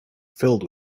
filled